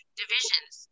divisions